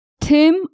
Tim